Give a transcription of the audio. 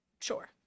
Sure